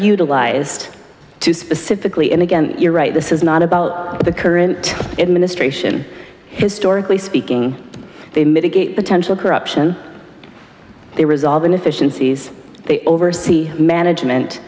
utilized to specifically and again you're right this is not about the current administration historically speaking they mitigate the corruption they resolve inefficiencies they oversee management